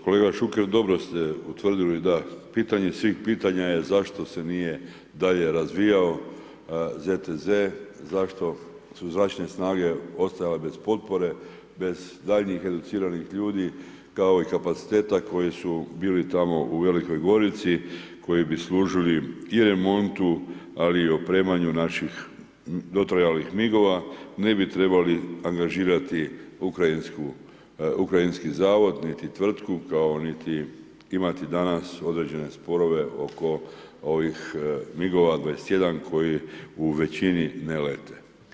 Kolega Šuker, dobro ste utvrdili da pitanje svih pitanja je zašto se nije dalje razvijalo ZTZ zašto su zaštitne snage ostajale bez potpore, bez daljnjih educiranih ljudi, kao i kapaciteta koje su bili tamo u Velikoj Gorici, koje bi služili i remontu ali i opremanju naših dotrajalih MIG-ova, ne bi trebali angažirati ukrajinski zavod niti tvrtku, kao niti imati danas određene sporove oko ovih MIG-ova 21 koji u većini ne lete.